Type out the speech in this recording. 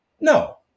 No